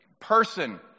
person